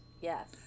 Yes